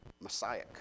Messiah